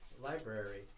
library